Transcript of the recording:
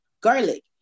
garlic